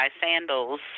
Sandals